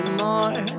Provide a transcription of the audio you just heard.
more